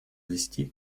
вести